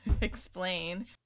explain